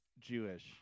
jewish